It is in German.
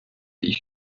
ich